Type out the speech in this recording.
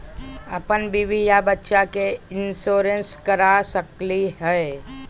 अपन बीबी आ बच्चा के भी इंसोरेंसबा करा सकली हय?